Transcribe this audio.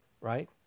right